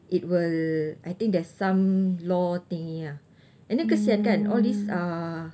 it will I think there's some law thingy ah and then kesian kan all these uh